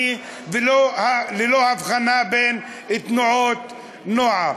בשוויוניות וללא הבחנה בין תנועות נוער.